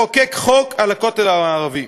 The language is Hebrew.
לחוקק חוק על הכותל המערבי.